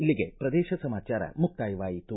ಇಲ್ಲಿಗೆ ಪ್ರದೇಶ ಸಮಾಚಾರ ಮುಕ್ತಾಯವಾಯಿತು